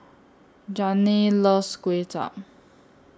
Janae loves Kway Chap